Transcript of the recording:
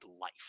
life